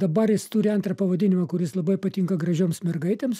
dabar jis turi antrą pavadinimą kuris labai patinka gražioms mergaitėms